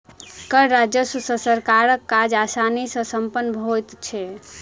कर राजस्व सॅ सरकारक काज आसानी सॅ सम्पन्न होइत छै